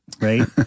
right